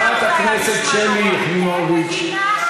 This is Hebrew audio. חברת הכנסת שלי יחימוביץ,